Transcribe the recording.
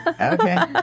Okay